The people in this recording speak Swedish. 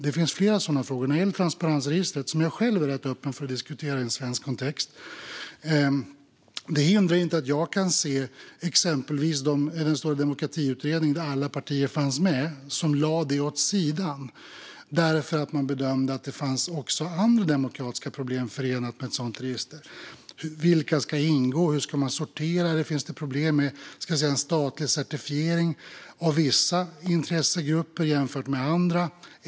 Ett transparensregister är jag själv rätt öppen för att diskutera i en svensk kontext. Men i den stora demokratiutredningen, där alla partier fanns med, lades den frågan åt sidan för att man bedömde att det fanns andra demokratiska problem förenade med ett sådant register. Vilka ska ingå? Hur ska man sortera det? Finns det problem med en statlig certifiering av vissa intressegrupper men inte andra?